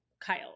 Kyle